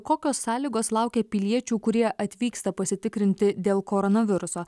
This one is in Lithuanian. kokios sąlygos laukia piliečių kurie atvyksta pasitikrinti dėl koronaviruso